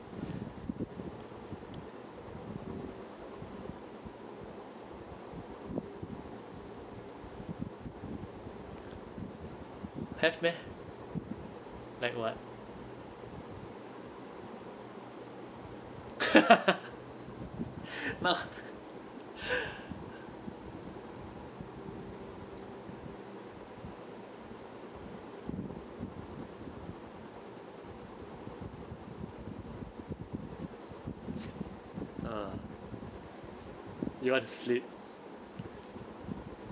have meh like what uh you want to sleep